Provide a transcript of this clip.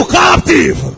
captive